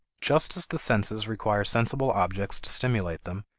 just as the senses require sensible objects to stimulate them,